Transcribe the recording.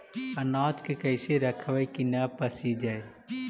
अनाज के कैसे रखबै कि न पसिजै?